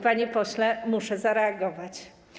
Panie pośle, muszę zareagować.